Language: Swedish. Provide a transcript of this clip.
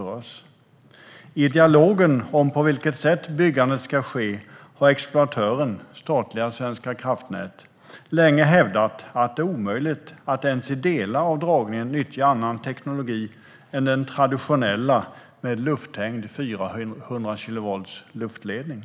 I dialogen om på vilket sätt byggandet ska ske har exploatören, statliga Svenska kraftnät, länge hävdat att det är omöjligt att ens i delar av dragningen nyttja annan teknologi än den traditionella med lufthängd 400-kilovoltsledning.